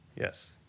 Yes